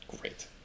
great